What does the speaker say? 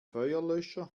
feuerlöscher